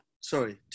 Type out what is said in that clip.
sorry